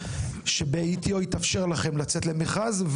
שבעטיו התאפשר לכם לצאת למכרז,